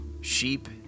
sheep